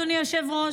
אדוני היושב-ראש?